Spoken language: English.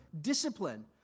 discipline